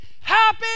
happy